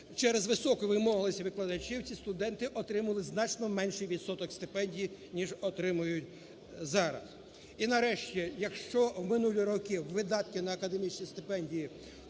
через високу вимогливість викладачів ці студенти отримували значно менший відсоток стипендій, ніж отримують зараз. І нарешті, якщо в минулі роки видатки на академічні стипендії